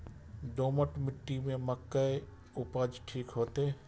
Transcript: दोमट मिट्टी में मक्के उपज ठीक होते?